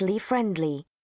friendly